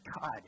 God